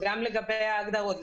אם זה לגבי ההגדרות,